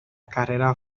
carrera